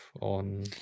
on